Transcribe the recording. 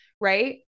Right